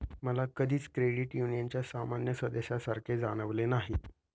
मला कधीच क्रेडिट युनियनच्या सामान्य सदस्यासारखे जाणवले नाही